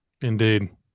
Indeed